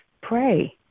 pray